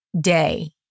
day